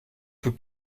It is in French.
tous